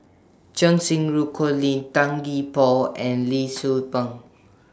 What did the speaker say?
Cheng Xinru Colin Tan Gee Paw and Lee Tzu Pheng